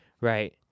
Right